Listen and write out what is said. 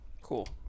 Cool